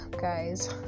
guys